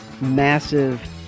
Massive